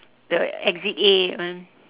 the exit A that one